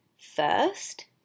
first